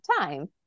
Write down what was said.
time